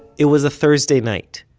it was a thursday night.